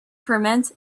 ferment